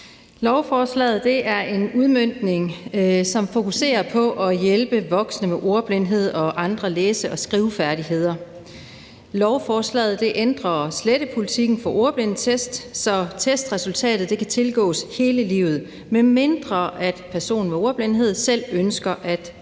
Lovforslaget er en udmøntning, som fokuserer på at hjælpe voksne med ordblindhed og andre læse- og skrivevanskeligheder. Lovforslaget ændrer slettepolitikken for ordblindetest, så testresultatet kan tilgås hele livet, medmindre personen med ordblindhed selv ønsker, at det